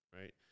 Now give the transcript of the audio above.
right